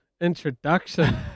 introduction